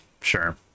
sure